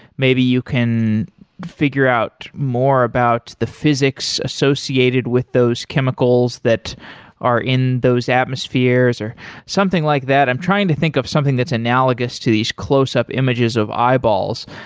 maybe you can figure out more about the physics associated with those chemicals that are in those atmospheres, or something like that. i'm trying to think of something that's analogous to these close up images of eyeballs.